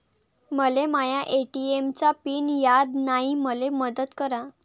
मले माया ए.टी.एम चा पिन याद नायी, मले मदत करा